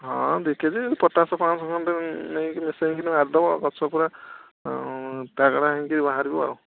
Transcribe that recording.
ହଁ ଦୁଇ K G potash ପାଞ୍ଚଶହ ଖଣ୍ଡେ ନେଇକି ମିଶାଇ କିନି ମାରିଦେବ ଆଉ ଗଛ ପୂରା ତାଗ୍ଡ଼ା ହେଇକି ବାହାରିବ ଆଉ